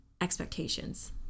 expectations